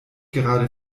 gerade